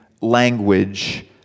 language